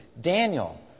Daniel